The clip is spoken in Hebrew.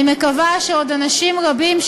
אני מקווה שעוד אנשים רבים,